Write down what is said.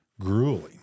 grueling